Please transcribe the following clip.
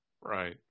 Right